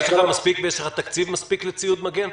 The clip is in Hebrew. יש לך מספיק תקציב לציוד מגן?